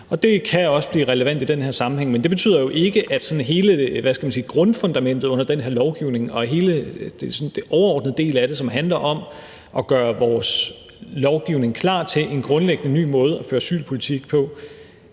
det kan også blive relevant i den her sammenhæng. Men det betyder jo ikke, at – hvad skal man sige – hele grundfundamentet under den her lovgivning og hele den overordnede del af det, som handler om at gøre vores lovgivning klar til en grundlæggende ny måde at føre asylpolitik på,